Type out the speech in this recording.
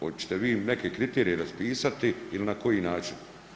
Hoćete vi neke kriterije raspisati ili na koji način?